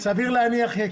זו שאלה מעניינת.